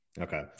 Okay